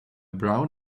brown